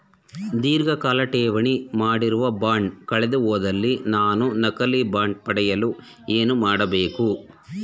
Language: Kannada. ಧೀರ್ಘಕಾಲ ಠೇವಣಿ ಮಾಡಿರುವ ಬಾಂಡ್ ಕಳೆದುಹೋದಲ್ಲಿ ನಾನು ನಕಲಿ ಬಾಂಡ್ ಪಡೆಯಲು ಏನು ಮಾಡಬೇಕು?